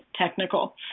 technical